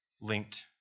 linked